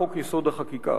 חוק-יסוד: החקיקה.